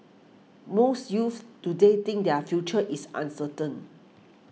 most youths today think their future is uncertain